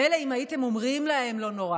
מילא אם הייתם אומרים להם: לא נורא.